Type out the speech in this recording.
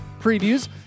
previews